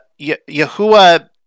Yahuwah